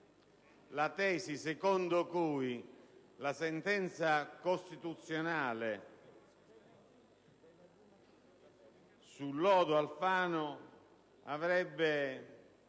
la tesi secondo cui la sentenza costituzionale sul lodo Alfano avrebbe